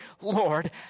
Lord